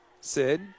Sid